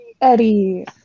eddie